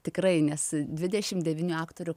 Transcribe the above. tikrai nes dvidešim devynių aktorių